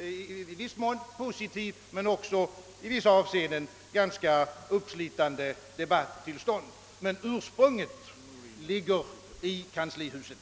i viss mån positiva men också i en del avseenden ganska uppslitande debatt till stånd. Ursprunget ligger i kanslihuset.